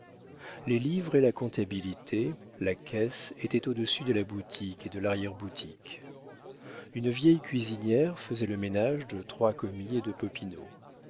les livres et la comptabilité la caisse étaient au-dessus de la boutique et de l'arrière-boutique une vieille cuisinière faisait le ménage de trois commis et de